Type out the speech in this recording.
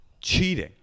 cheating